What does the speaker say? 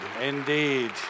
Indeed